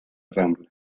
rambla